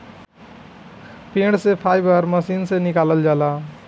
पेड़ से fibre machine से निकालल जाला